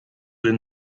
den